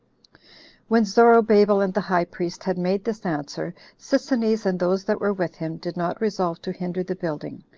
when zorobabel and the high priest had made this answer, sisinnes, and those that were with him, did not resolve to hinder the building,